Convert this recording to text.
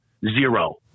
Zero